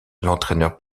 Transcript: l’entraîneur